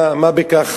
של מה בכך,